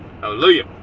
Hallelujah